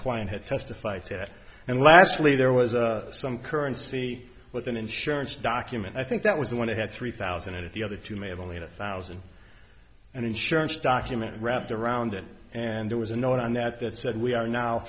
client had testified to that and lastly there was a some currency with an insurance document i think that was the one that had three thousand at the other two may have only a thousand and insurance document wrapped around it and there was a note on that that said we are now